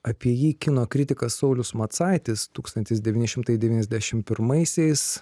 apie jį kino kritikas saulius macaitis tūkstantis devyni šimtai devyniasdešim pirmaisiais